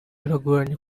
biragoranye